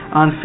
on